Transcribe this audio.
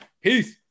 Peace